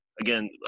again